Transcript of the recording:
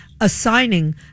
assigning